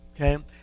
Okay